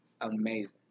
amazing